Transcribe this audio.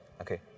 Okay